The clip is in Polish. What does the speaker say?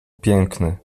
piękny